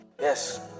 Yes